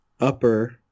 upper